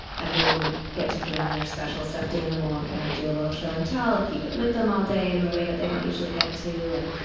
everyone would get to bring their special stuffed animal and kind of do a little show and tell and keep it with them all day in the way that they don't usually get to. and,